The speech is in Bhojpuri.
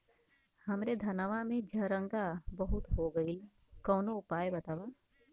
हमरे धनवा में झंरगा बहुत हो गईलह कवनो उपाय बतावा?